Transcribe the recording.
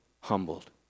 humbled